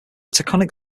taconic